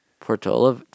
Portola